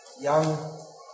young